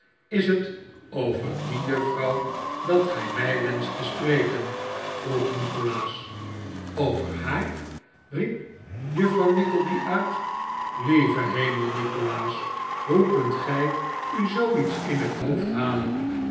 is het over die juffrouw dat ge mij wenscht te spreken vroeg nikolaas over haar riep juffrouw nickleby uit lieve hemel nikolaas hoe kunt gij u zooiets in uw hoofd halen